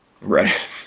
Right